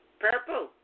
purple